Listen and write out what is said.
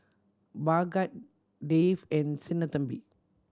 Bhagat Dev and Sinnathamby